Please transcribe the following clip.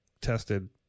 tested